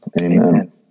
amen